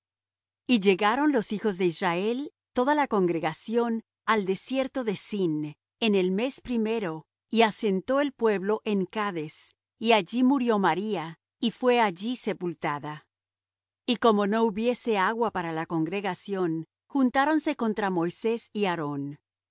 y llegaron los hijos de israel toda la congregación al desierto de zin en el mes primero y asentó el pueblo en cades y allí murió maría y fué allí sepultada y como no hubiese agua para la congregación juntáronse contra moisés y aarón y